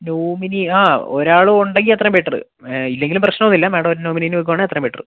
nominee ആ ഒരാളും ഉണ്ടെങ്കിൽ അത്രയും ബെറ്റർ ഇല്ലെങ്കിലും പ്രശ്നം ഒന്നും ഇല്ല മേഡം ഒരു നോമിനീനെ വയ്ക്കുവാണെങ്കിൽ അത്രയും ബെറ്റർ